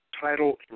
title